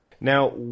Now